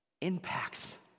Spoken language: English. impacts